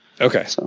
Okay